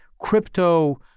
crypto